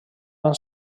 van